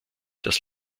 das